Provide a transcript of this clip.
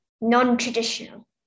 non-traditional